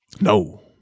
No